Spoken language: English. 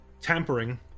tampering